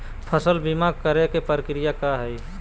फसल बीमा करे के प्रक्रिया का हई?